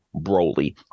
Broly